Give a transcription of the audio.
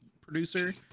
producer